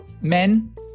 men